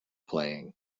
playing